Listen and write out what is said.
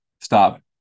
stop